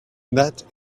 that